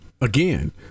again